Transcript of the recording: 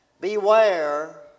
Beware